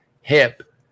hip